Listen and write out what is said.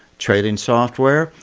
trading software,